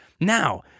Now